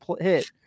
hit